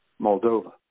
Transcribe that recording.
Moldova